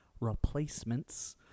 replacements